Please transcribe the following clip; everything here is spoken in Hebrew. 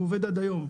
והוא עובד עד היום.